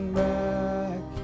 back